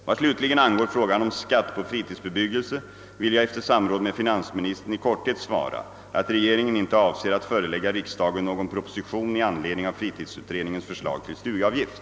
Vad slutligen angår frågan om skatt på fritidsbebyggelse vill jag efter sam råd med finansministern i korthet svara, att regeringen inte avser att förelägga riksdagen någon proposition i anledning av fritidsutredningens förslag till stugavgift.